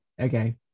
okay